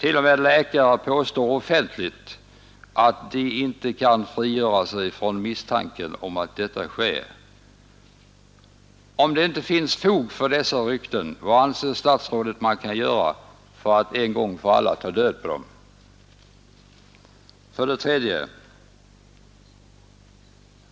T. o. m. läkare påstår offentligt att de inte kan frigöra sig från misstanken om att detta sker. Om det inte finns fog för dessa rykten, vad anser statsrådet man kan göra för att en gång för alla helt taga död på dem? 3.